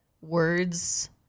words